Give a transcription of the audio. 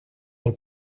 del